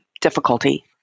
difficulty